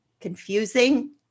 Confusing